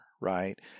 right